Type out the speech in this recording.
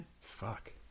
fuck